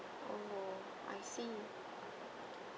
oh I see